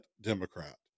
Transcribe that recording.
Democrat